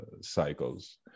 cycles